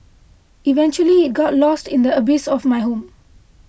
eventually it got lost in the abyss of my home